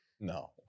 no